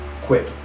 Quick